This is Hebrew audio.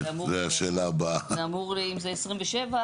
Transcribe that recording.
אם זה אמור להיות ב-2027,